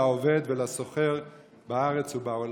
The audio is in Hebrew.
לעובד ולסוחר בארץ ובעולם.